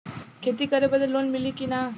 खेती करे बदे लोन मिली कि ना?